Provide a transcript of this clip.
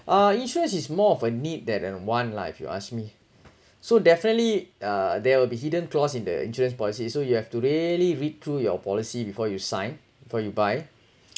uh insurance is more of a need that and a want lah if you ask me so definitely uh there will be hidden clause in the insurance policy so you have to really read through your policy before you sign for you buy